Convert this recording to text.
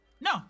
No